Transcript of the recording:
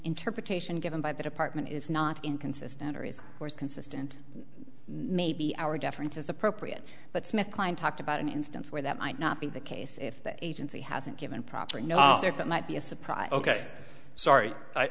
interpretation given by the department is not inconsistent or is or is consistent maybe our deference is appropriate but smith kline talked about an instance where that might not be the case if the agency hasn't given proper notice there that might be a surprise ok sorry i